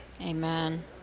Amen